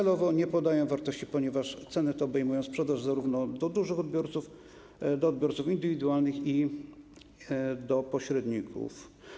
Celowo nie podaję wartości, ponieważ ceny te obejmują sprzedaż zarówno do dużych odbiorców, do odbiorców indywidualnych, jak i do pośredników.